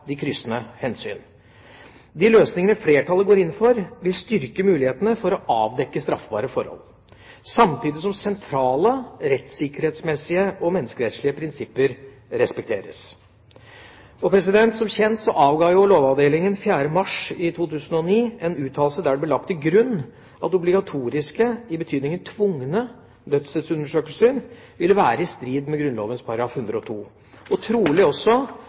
de kryssende hensyn. De løsningene flertallet går inn for, vil styrke mulighetene for å avdekke straffbare forhold samtidig som sentrale rettsikkerhetsmessige og menneskerettslige prinsipper respekteres. Som kjent avga Lovavdelingen 4. mars 2009 en uttalelse der det ble lagt til grunn at obligatoriske, i betydningen tvungne, dødsstedsundersøkelser vil være i strid med Grunnloven § 102 og trolig også